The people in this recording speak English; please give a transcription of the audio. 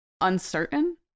uncertain